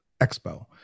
Expo